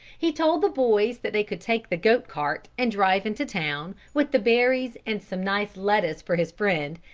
he told the boys that they could take the goat cart and drive into town, with the berries and some nice lettuce for his friend,